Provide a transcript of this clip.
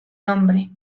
nombre